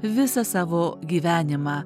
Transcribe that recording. visą savo gyvenimą